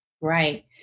Right